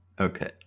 Okay